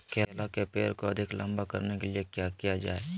केला के पेड़ को अधिक लंबा करने के लिए किया किया जाए?